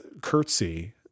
curtsy